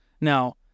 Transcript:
Now